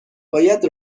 باید